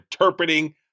interpreting